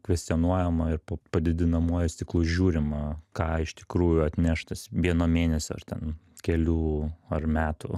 kvestionuojama ir po padidinamuoju stiklu žiūrima ką iš tikrųjų atneš tas vieno mėnesio ar ten kelių ar metų